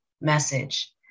message